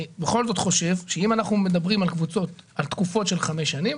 בכל זאת אני חושב שאם אנחנו מדברים על תקופות של חמש שנים,